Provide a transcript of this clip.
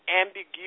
ambiguous